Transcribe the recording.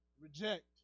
reject